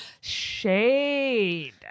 Shade